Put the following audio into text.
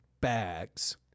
bags